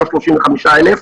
לא 35,000,